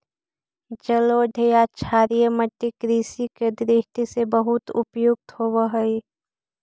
जलोढ़ या क्षारीय मट्टी कृषि के दृष्टि से बहुत उपयुक्त होवऽ हइ